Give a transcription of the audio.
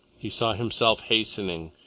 he saw himself hastening,